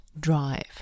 drive